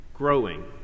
growing